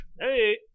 Hey